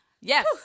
Yes